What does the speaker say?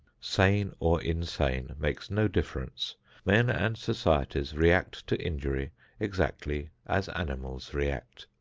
sane or insane, makes no difference men and societies react to injury exactly as animals react.